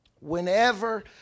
whenever